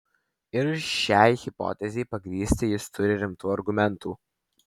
ir šiai hipotezei pagrįsti jis turi rimtų argumentų